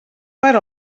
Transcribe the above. per